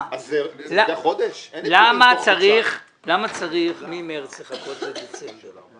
למה צריך מחודש מרס לחכות לדצמבר?